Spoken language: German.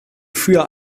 für